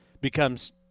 becomes